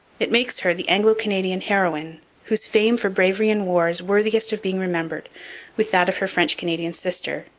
it makes her the anglo-canadian heroine whose fame for bravery in war is worthiest of being remembered with that of her french-canadian sister,